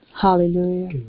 Hallelujah